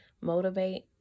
motivate